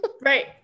Right